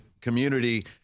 community